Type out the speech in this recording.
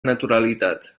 naturalitat